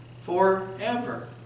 forever